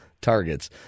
targets